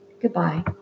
goodbye